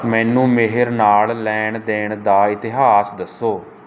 ਮੈਨੂੰ ਮੇਹਰ ਨਾਲ ਲੈਣ ਦੇਣ ਦਾ ਇਤਿਹਾਸ ਦੱਸੋ